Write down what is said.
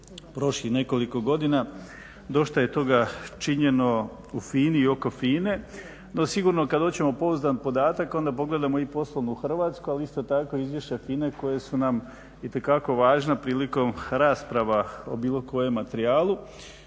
prošlih nekoliko godina dosta je toga činjeno u FINA-i i oko FINA-e. No, sigurno kad hoćemo pouzdan podatak onda pogledamo i poslovnu Hrvatsku, ali isto tako i izvješća FINA-e koja su nam itekako važna prilikom rasprava o bilo kojem materijalu.